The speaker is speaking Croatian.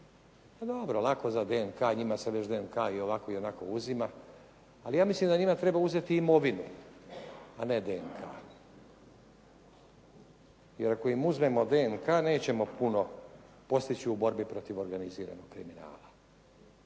dobro, lako za DNK, njima se već DNK ovako i onako uzima, ali ja mislim da njima treba uzeti imovinu a ne DNK. Jer ako im uzmemo DNK nećemo puno postići u borbi protiv organiziranog kriminala.